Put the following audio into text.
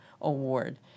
Award